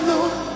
Lord